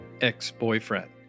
ex-boyfriend